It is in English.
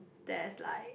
there's like